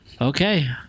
Okay